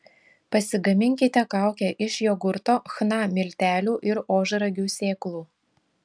pasigaminkite kaukę iš jogurto chna miltelių ir ožragių sėklų